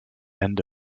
end